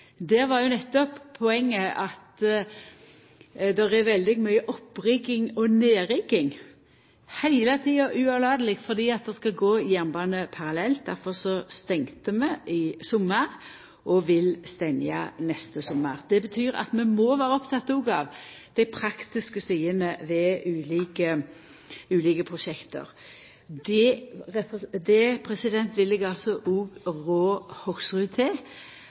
landet, var nettopp poenget at det er veldig mykje opprigging og nedrigging heile tida, uavlateleg, fordi det skal gå jernbane parallelt. Derfor stengde vi i sommar og vil stengja neste sommar. Det betyr at vi òg må vera opptekne av dei praktiske sidene ved ulike prosjekt. Eg vil rå Hoksrud til